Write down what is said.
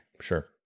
Sure